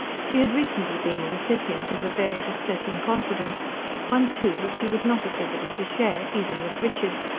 she had recently been the recipient of a very distressing confidence one, too, which she was not at liberty to share, even with richard.